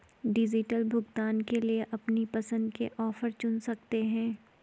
digital भुगतान के लिए अपनी पसंद के ऑफर चुन सकते है